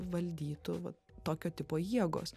valdytų vat tokio tipo jėgos